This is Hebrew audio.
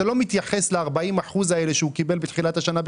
אתה לא מתייחס בכלל ל-40% האלה שהוא קיבל בתחילת השנה.